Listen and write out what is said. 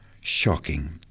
Shocking